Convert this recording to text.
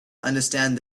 understand